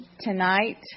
tonight